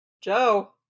Joe